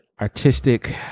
artistic